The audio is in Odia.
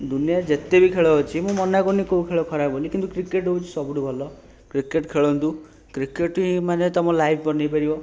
ଦୁନିଆରେ ଯେତେ ବି ଖେଳ ଅଛି ମୁଁ ମନା କରୁନି କେଉଁ ଖେଳ ଖରାପ ବୋଲି କିନ୍ତୁ କ୍ରିକେଟ୍ ହେଉଛି ସବୁଠୁ ଭଲ କ୍ରିକେଟ୍ ଖେଳନ୍ତୁ କ୍ରିକେଟ୍ ହିଁ ମାନେ ତୁମ ଲାଇଫ୍ ବନେଇ ପାରିବ